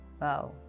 wow